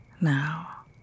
Now